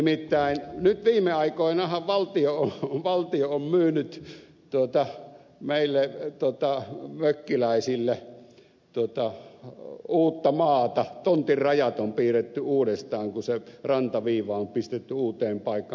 nimittäin nyt viime aikoinahan valtio on myynyt meille mökkiläisille uutta maata tontin rajat on piirretty uudestaan kun se rantaviiva on pistetty uuteen paikkaan